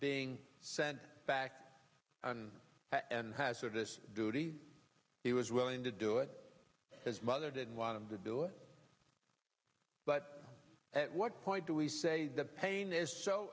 being sent back and hazardous duty he was willing to do it his mother didn't want him to do it but at what point do we say the pain is so